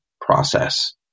process